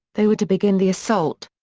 they were to begin the assault.